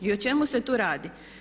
I o čemu se tu radi?